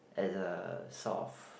as a sort of